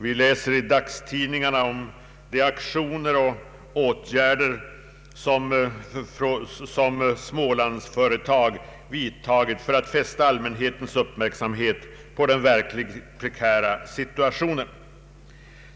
Vi läser i dagstidningarna om de aktioner som Smålandsföretag har vidtagit för att fästa allmänhetens uppmärksamhet på den verkligt prekära situationen.